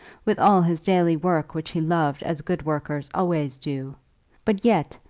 with all his daily work which he loved as good workers always do but yet,